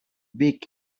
big